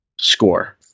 score